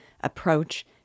approach